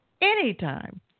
anytime